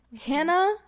Hannah